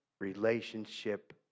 relationship